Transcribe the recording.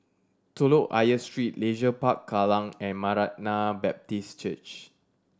Telok Ayer Street Leisure Park Kallang and Maranatha Baptist Church